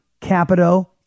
Capito